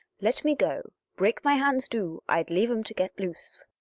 let me go. break my hands, do i'd leave em to get loose.